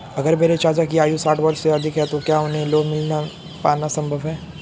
अगर मेरे चाचा की आयु साठ वर्ष से अधिक है तो क्या उन्हें लोन मिल पाना संभव है?